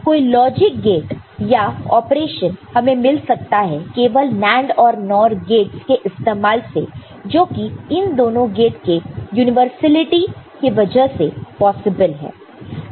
कोई logic gate या operation हमें मिल सकता है केवल NAND और NOR गेटस के इस्तेमाल से जो कि इन दोनों गेट के यूनिवर्सलिटी के वजह से पॉसिबल है